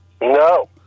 No